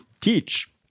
teach